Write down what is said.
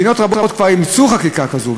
מדינות רבות כבר אימצו חקיקה כזו,